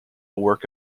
work